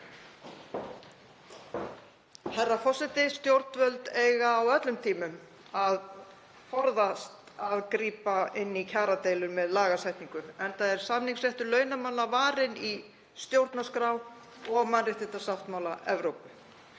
Herra forseti. Stjórnvöld eiga á öllum tímum að forðast að grípa inn í kjaradeilur með lagasetningu, enda er samningsréttur launamanna varinn í stjórnarskrá og mannréttindasáttmála Evrópu.